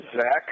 Zach